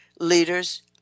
Leaders